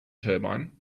turbine